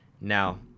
Now